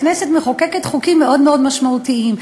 הכנסת מחוקקת חוקים מאוד מאוד משמעותיים,